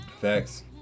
Facts